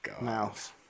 mouse